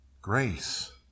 Grace